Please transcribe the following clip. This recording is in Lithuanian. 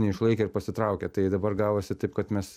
neišlaikė ir pasitraukė tai dabar gavosi taip kad mes